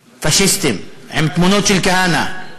פאשיסטיים, עם תמונות של כהנא.